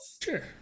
Sure